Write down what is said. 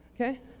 Okay